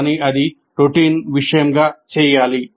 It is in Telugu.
కానీ అది రొటీన్ విషయంగా చేయాలి